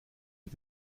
mit